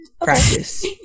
Practice